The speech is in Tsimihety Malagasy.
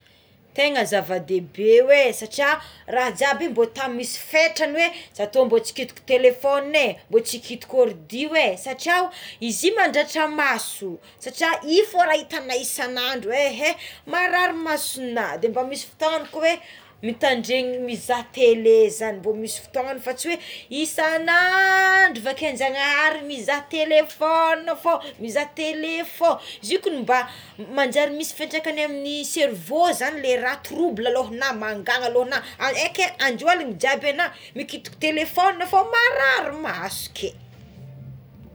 Tegna zava dehibe oé satria raha jiaby io tany mbô misy fetragny oe zako mbo tsy tokony ikitikita telefone é mbo tsy ikitika ordi oé satri ao izy io mandratra maso, satria io fogna raha itagnao isanandro ee marary masona mba misy fotogna ko oe mitandregny mizaha telé zany mbo misy fotoagnagny fa tsy oe isanandro vakin-janahary mizaha telefoné fô miza telé fô izy ko mba manjary misy fiatraikany amign'ny servo zagny le raha trobla lohagnao ka mangana lohana aeke andro aligna mijaly ana mikitike telefogné fô marary maso ke.